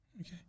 Okay